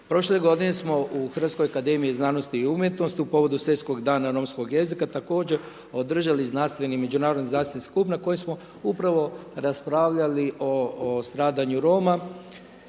Prošle godine smo u Hrvatskoj akademiji znanosti i umjetnosti u povodu Svjetskog dana romskog jezika također održali znanstveni i međunarodni znanstveni skup na kojem smo upravo raspravljali o stradanju Roma.